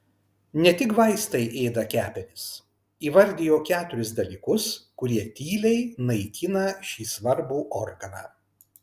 ne tik vaistai ėda kepenis įvardijo keturis dalykus kurie tyliai naikina šį svarbų organą